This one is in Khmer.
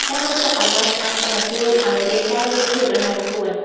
ការងូតទឹកឱ្យបានស្អាតបាត ជួយឱ្យរាងកាយមានភាពរហ័សរហួន។